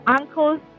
uncles